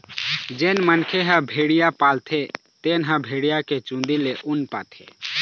जेन मनखे ह भेड़िया पालथे तेन ह भेड़िया के चूंदी ले ऊन पाथे